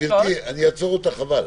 גברתי, אעצור אותך, חבל,